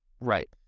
Right